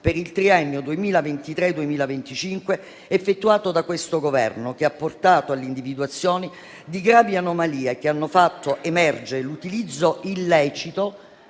per il triennio 2023-2025 effettuato da questo Governo, che ha portato all'individuazione di gravi anomalie, che hanno fatto emergere l'utilizzo illecito